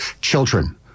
children